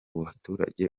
baturage